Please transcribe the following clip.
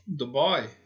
Dubai